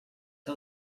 que